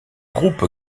groupe